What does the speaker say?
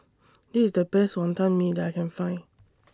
This IS The Best Wonton Mee that I Can Find